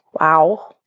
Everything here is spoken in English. wow